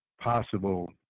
possible